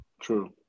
True